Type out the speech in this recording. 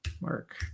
Mark